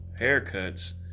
haircuts